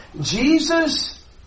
Jesus